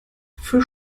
für